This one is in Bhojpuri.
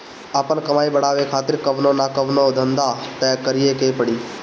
आपन कमाई बढ़ावे खातिर कवनो न कवनो धंधा तअ करीए के पड़ी